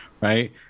right